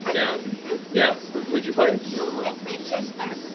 yeah yeah. who'd you play? you know and laura i played jester,